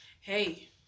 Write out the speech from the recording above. Hey